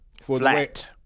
Flat